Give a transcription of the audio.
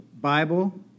Bible